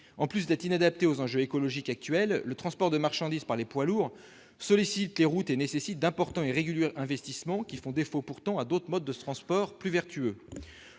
En plus d'être inadapté aux enjeux écologiques actuels, le transport de marchandises par les poids lourds sollicite les routes et nécessite d'importants et réguliers investissements qui font défaut pourtant à d'autres modes de transports plus vertueux.